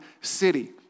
city